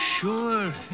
Sure